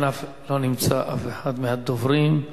רבותי, לא נמצא אף אחד מהרשומים ברשימת הדוברים.